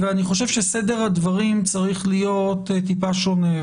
לדעתי, סדר הדברים צריך להיות קצת שונה.